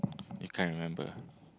you can't remember